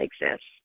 exists